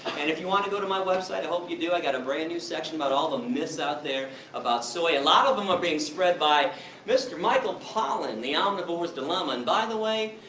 and if you wanna go to my website, i hope you do, i got a brand new section about all the myths out there about soy, a lot of them are being spread by mr. michael pollan, the omnivore's dilemma. and by the way,